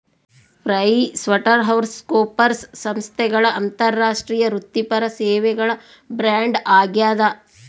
PricewaterhouseCoopers ಸಂಸ್ಥೆಗಳ ಅಂತಾರಾಷ್ಟ್ರೀಯ ವೃತ್ತಿಪರ ಸೇವೆಗಳ ಬ್ರ್ಯಾಂಡ್ ಆಗ್ಯಾದ